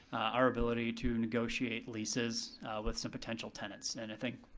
our ability to negotiate leases with some potential tenants. and i think,